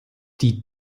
die